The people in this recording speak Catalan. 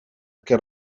que